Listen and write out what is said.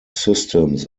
systems